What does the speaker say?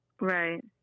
Right